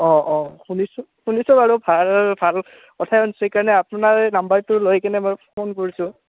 অঁ অঁ শুনিছোঁ শুনিছোঁ বাৰু ভাল ভাল কথাই শুনছোঁ সেইকাৰণে আপোনাৰ এই নাম্বাৰটো লৈ কিনে মই ফোন কৰিছোঁ